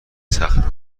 صخره